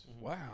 Wow